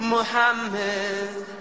Muhammad